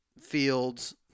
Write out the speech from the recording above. fields